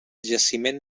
jaciment